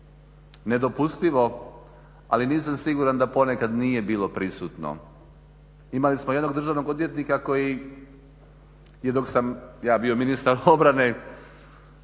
nedopustivo, ali nisam siguran da ponekad nije bilo prisutno. Imali smo jednog državnog odvjetnika koji je dok sam ja bio ministar obrane,